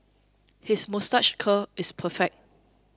his moustache curl is perfect